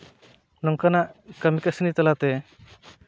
ᱱᱚᱝᱠᱟᱱᱟᱜ ᱠᱟᱹᱢᱤ ᱠᱟᱹᱥᱱᱤ ᱛᱟᱞᱟᱛᱮ